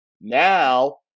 now